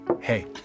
Hey